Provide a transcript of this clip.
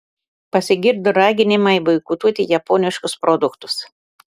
pasigirdo raginimai boikotuoti japoniškus produktus